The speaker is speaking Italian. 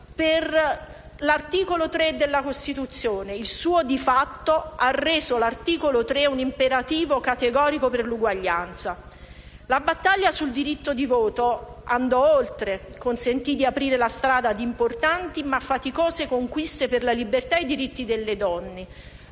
dell'articolo 3 della Costituzione; il suo «di fatto» ha reso l'articolo 3 un imperativo categorico per l'uguaglianza. La battaglia sul diritto di voto andò oltre e consentì di aprire la strada ad importanti ma faticose conquiste per la libertà e i diritti delle donne;